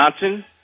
Johnson